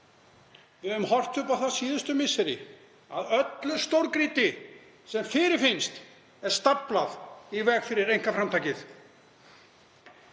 Við höfum horft upp á það síðustu misseri að öllu stórgrýti sem fyrirfinnst er staflað í veg fyrir einkaframtakið.